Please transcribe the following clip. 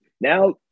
Now